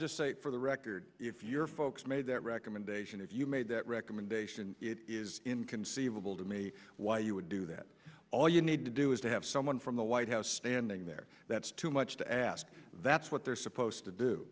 just say for the record if your folks made that recommendation if you made that recommendation it is inconceivable to me why you would do that all you need to do is to have someone from the white house standing there that's too much to ask that's what they're supposed to do